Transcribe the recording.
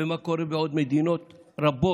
ומה קורה בעוד מדינות רבות.